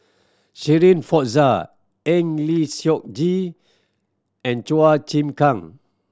Shirin Fozdar Eng Lee Seok Chee and Chua Chim Kang